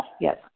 Yes